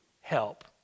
help